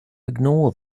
ignore